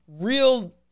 real